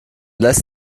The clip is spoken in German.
lässt